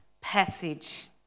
passage